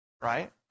Right